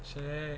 shag